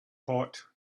hot